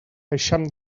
eixam